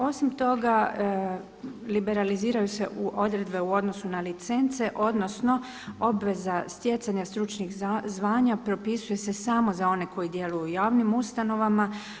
Osim toga liberaliziraju se odredbe u odnosu na licence, odnosno obveza stjecanja stručnih zvanja propisuju se samo za one koji djeluju u javnim ustanovama.